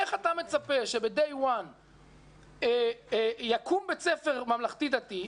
איך אתה מצפה שביום הראשון יקום בית ספר ממלכתי-דתי,